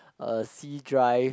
uh C drive